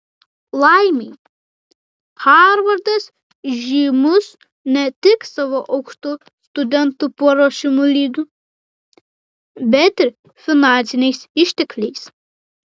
laimei harvardas žymus ne tik savo aukštu studentų paruošimo lygiu bet ir finansiniais ištekliais